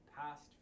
past